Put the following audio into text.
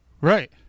Right